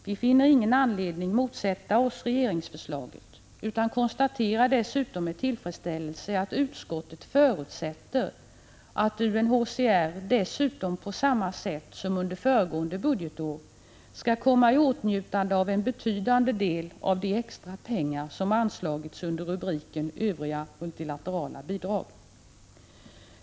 Vi finner ingen anledning att motsätta oss regeringsförslaget utan konstaterar dessutom med tillfredsställelse att utskottet förutsätter att UNHCR dessutom, på samma sätt som under föregående budgetår, skall komma i åtnjutande av en betydande del av de extra pengar, som anslagits under rubriken Övriga multilaterala bidrag.